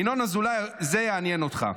ינון אזולאי, זה יעניין אותך: